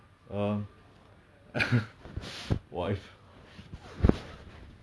think I'm the genie thing think~ think I'm the genie now I'm asking you what are the three wishes you want